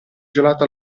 gelato